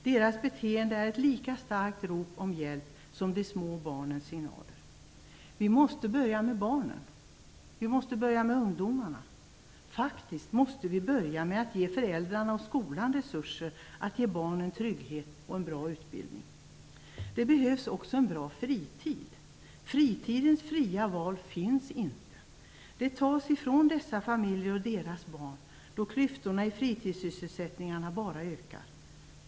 Deras beteende är ett lika starkt rop på hjälp som de små barnens signaler. Vi måste börja med barnen och ungdomarna. Vi måste faktiskt börja med att ge föräldrarna och skolan resurser att ge barnen trygghet och en bra utbildning. Det behövs också en bra fritid. Fritidens fria val finns inte. Det tas ifrån dessa familjer och deras barn, då klyftorna i fritidssysselsättningarna bara ökar.